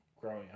growing